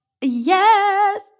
Yes